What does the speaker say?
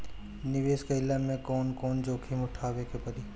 निवेस कईला मे कउन कउन जोखिम उठावे के परि?